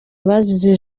abazize